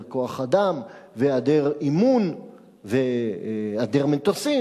כוח-אדם והיעדר אימון והיעדר מטוסים.